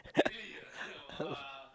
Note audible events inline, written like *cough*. *laughs*